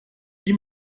die